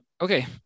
Okay